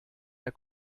der